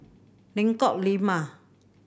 Lengkok Lima